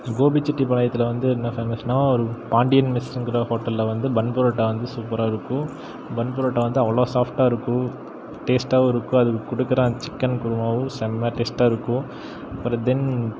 கோபிச்செட்டி பாளையத்தில் வந்து என்ன ஃபேமஸ்னா ஒரு பாண்டியன் மெஸ்ஸுங்கிற ஹோட்டலில் வந்து பன் புரோட்டா வந்து சூப்பராக இருக்கும் பன் பரோட்டா வந்து அவ்வளோ சாஃப்ட்டாக இருக்கும் டேஸ்ட்டாகவும் இருக்கும் அதுக்கு கொடுக்கற அந் சிக்கன் குருமாவும் செம்ம டேஸ்ட்டாக இருக்கும் அப்புறம் தென்